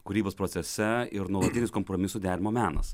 kūrybos procese ir nuolatinis kompromisų derinimo menas